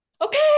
okay